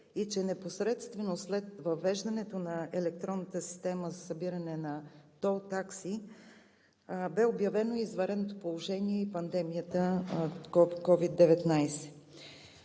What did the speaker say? и че непосредствено след въвеждането на електронната система за събиране на тол такси бе обявено извънредното положение и пандемията COVID-19.